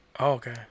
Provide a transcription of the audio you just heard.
Okay